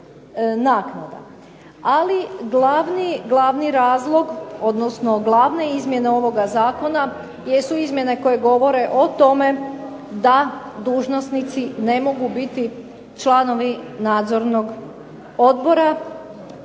Ali glavni razlog, odnosno glavne izmjene ovoga zakona jesu izmjene koje govore o tome da dužnosnici ne mogu biti članovi nadzornog odbora